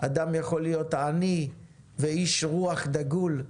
אדם יכול להיות עני ואיש רוח דגול,